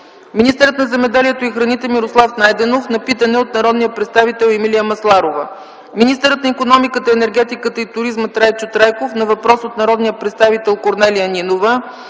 Министърът на земеделието и храните Мирослав Найденов – на питане от народния представител Емилия Масларова. Министърът на икономиката, енергетиката и туризма Трайчо Трайков – на въпрос от народния представител Корнелия Нинова.